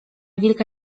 wilka